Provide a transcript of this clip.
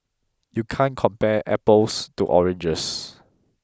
you can't compare apples to oranges